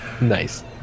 Nice